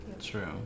True